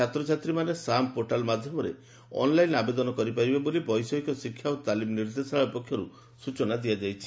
ଛାତ୍ରଛାତ୍ରୀମାନେ SAMS portal ମାଧ୍ଧମରେ online ଆବେଦନ କରିପାରିବେ ବୋଲି ବୈଷୟିକ ଶିକ୍ଷା ଓ ତାଲିମ ନିର୍ଦ୍ଦେଶାଳୟ ପକ୍ଷର୍ ସ୍ ଚନା ଦିଆଯାଇଛି